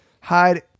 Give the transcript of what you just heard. hide